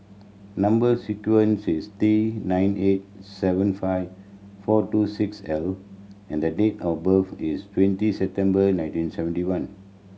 number sequence is T nine eight seven five four two six L and the date of birth is twenty September nineteen seventy one